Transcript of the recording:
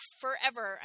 forever